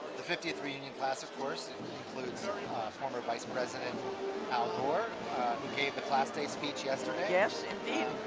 the fiftieth reunion class of course includes former vice president al gore who gave the class day speech yesterday. yes indeed.